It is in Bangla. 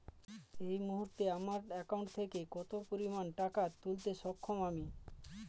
এই মুহূর্তে আমার একাউন্ট থেকে কত পরিমান টাকা তুলতে সক্ষম আমি?